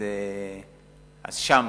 שם